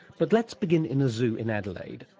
but let's begin in a zoo in adelaide.